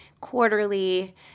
quarterly